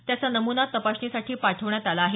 त्याचा नमुना तपासणीसाठी पाठवण्यात आला आहे